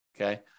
okay